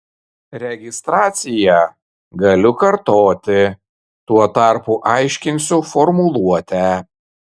registraciją galiu kartoti tuo tarpu aiškinsiu formuluotę